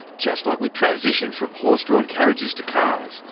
just like we transitioned from horse drawn carriages to cars,